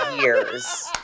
years